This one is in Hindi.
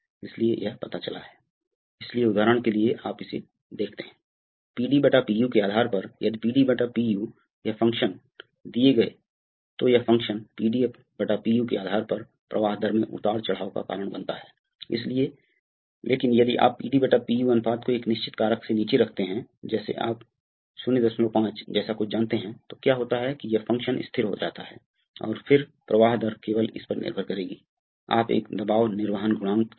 तो यह धीरे धीरे नीचे आ रहा है आप कभी कभी जानते हैं कि जब आप ऊर्ध्वाधर वगैरह नीचे आते हैं तो आप चाहते हैं कि ऊपर आ रहा है तेज हो सकता है लेकिन नीचे जाने के लिए कम बल पर होना चाहिए